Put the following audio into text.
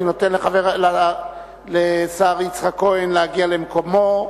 אני נותן לשר יצחק כהן להגיע למקומו.